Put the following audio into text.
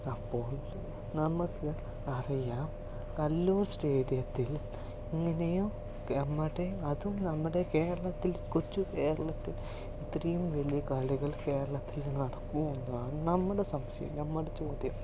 അപ്പോൾ നമുക്ക് അറിയാം കല്ലൂർ സ്റ്റേഡിയത്തിൽ ഇങ്ങനെയും നമ്മുടെ അതും നമ്മുടെ കേരളത്തിൽ കൊച്ചു കേരളത്തിൽ ഇത്രയും വലിയ കളികൾ കേരളത്തിൽ നടക്കുമോ എന്നാണ് നമ്മുടെ സംശയം നമ്മുടെ ചോദ്യം